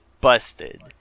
busted